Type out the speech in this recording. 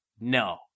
No